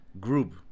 group